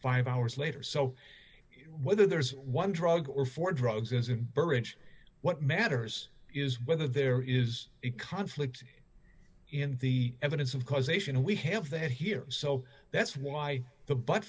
five hours later so whether there's one drug or four drugs in burrage what matters is whether there is a conflict in the evidence of causation we have that here so that's why the bu